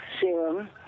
serum